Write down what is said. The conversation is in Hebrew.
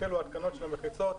התחילו התקנות של המחיצות.